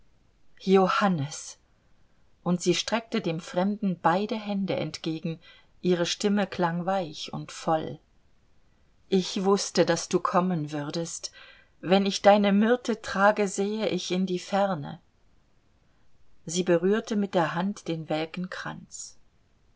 johannes und sie streckte dem fremden beide hände entgegen ihre stimme klang weich und voll ich wußte daß du kommen würdest wenn ich deine myrte trage sehe ich in die ferne sie berührte mit der hand den welken kranz